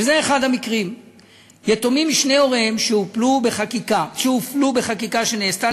וזה אחד המקרים שהופלו בחקיקה שנעשתה